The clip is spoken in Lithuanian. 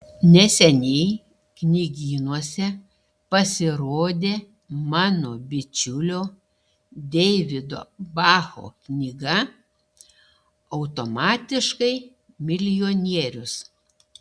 neseniai knygynuose pasirodė mano bičiulio deivido bacho knyga automatiškai milijonierius